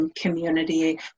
community